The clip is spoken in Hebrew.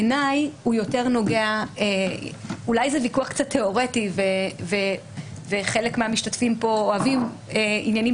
בעיניי אולי זה ויכוח קצת תיאורטי וחלק מהמשתתפים כאן אוהבים עניינים